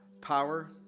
power